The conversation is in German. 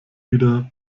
wieder